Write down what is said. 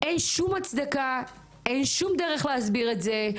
אין שום הצדקה ואין שום דרך להסביר את זה,